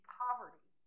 poverty